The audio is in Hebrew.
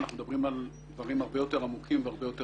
אנחנו מדברים על דברים הרבה יותר עמוקים והרבה יותר